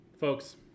Folks